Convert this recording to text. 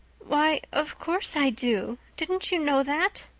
why, of course i do. didn't you know that?